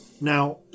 Now